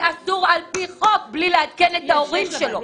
זה אסור על פי חוק בלי לעדכן את ההורים שלו.